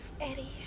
Eddie